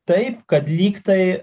taip kad lyg tai